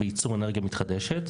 בייצור אנרגיה מתחדשת,